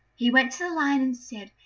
he went to the lion and said,